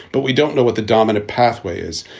but we don't know what the dominant pathway is.